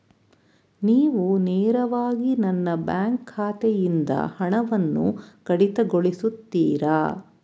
ನೀವು ನೇರವಾಗಿ ನನ್ನ ಬ್ಯಾಂಕ್ ಖಾತೆಯಿಂದ ಹಣವನ್ನು ಕಡಿತಗೊಳಿಸುತ್ತೀರಾ?